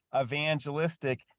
evangelistic